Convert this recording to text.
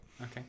Okay